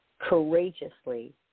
courageously